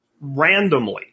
randomly